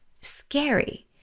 scary